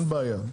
אין בעיה.